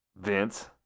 Vince